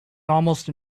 almost